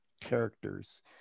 characters